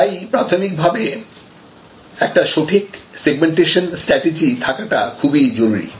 তাই প্রাথমিক ভাবে একটা সঠিক সেগমেন্টেশন স্ট্র্যাটেজি থাকাটা খুবই জরুরী